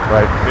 Right